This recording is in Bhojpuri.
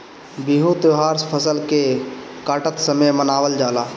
बिहू त्यौहार फसल के काटत समय मनावल जाला